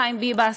לחיים ביבס,